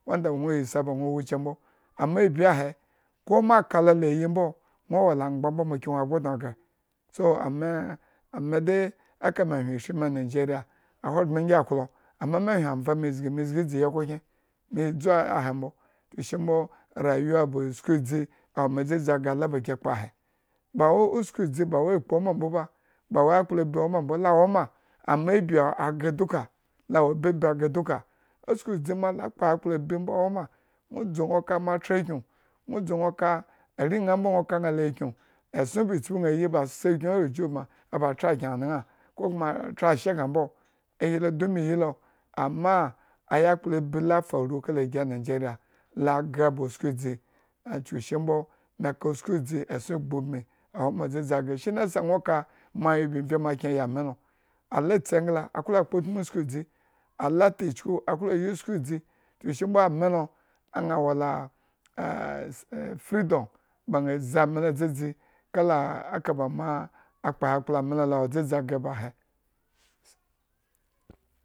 Nwo taba yisa gno wuce mbo, amma abi ahe ko ma a la yi mbo nwo wula angba mbomo ki nwo abgo dno gre so, are ah me de e ehwen ishri me hyen avan me zgi me zgiidzi iyi okhro kyen me. e dzu ahe mbo chuku eshi mbo rayuwa ba usku edzi la wome dzadzi gre ala ba gi kpo ahe bawe usku edzi bawe akpu wuma mbuba bawe akplo abyiwuma mbo la wuma mbo la woma amma abi gre dua lawu babyi agre duku usku edzi mo la kpo akplo abyi mbo a woma nwo dzu nwo ka ma tra akyun nwo dzu are ñaa mbo nwoka nna laakyuñ esson ba tpu ña yi ba se akyun alajuhubma tra akyinka kokuma atra ashe bma mbo ahi du me yi lo ama ayakplo abyi la faru kala gi anigeria la gre ba usku edzi achuku eshi mbo me eka usku edziesson abu ubmi awo ma dzadzi gre shine sa nwo ka moabi mvye akyen yi amii lo ala tsi engla aklo kpo utmu usku edzi ala ta echuku aklo yi usku edzi chukueshi mbo ame lo aña wola efreedom ba ña zi ame lo dzadzi kala aka ba mo akpoayakplo ami la la wu dzadzi agreb ba ahe.